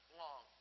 long